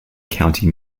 county